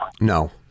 No